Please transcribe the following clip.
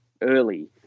early